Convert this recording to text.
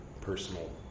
personal